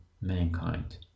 mankind